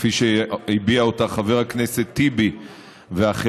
כפי שהביע אותה חבר הכנסת טיבי ואחרים,